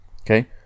okay